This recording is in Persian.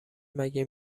مگه